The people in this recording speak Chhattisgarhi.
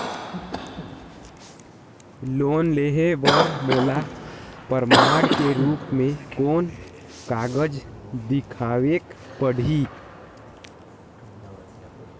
लोन लेहे बर मोला प्रमाण के रूप में कोन कागज दिखावेक पड़ही?